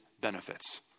benefits